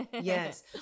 Yes